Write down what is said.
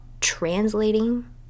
translating